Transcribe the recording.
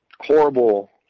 horrible